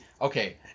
Okay